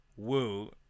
Woo